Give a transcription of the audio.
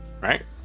Right